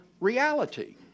reality